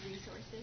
resources